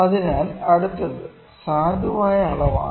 അതിനാൽ അടുത്തത് സാധുവായ അളവാണ്